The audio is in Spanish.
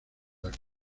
acto